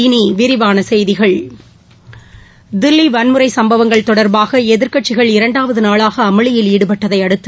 இனி விரிவான செய்திகள் தில்லி வன்முறை சும்பவங்கள் தொடர்பாக எதிர்க்கட்சிகள் இரண்டாவது நாளாக அமளியில் ஈடுபட்டதை அடுத்து